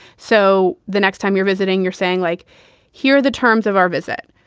so the next time you're visiting, you're saying like here the terms of our visit,